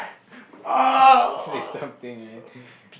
say something man